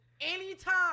anytime